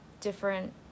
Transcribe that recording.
different